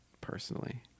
personally